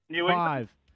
five